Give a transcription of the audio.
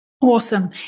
Awesome